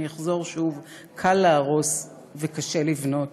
אני אחזור שוב: קל להרוס וקשה לבנות,